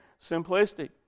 simplistic